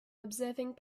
observing